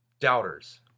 doubters